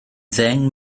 ddeng